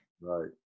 Right